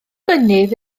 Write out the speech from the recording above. fynydd